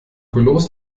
bloß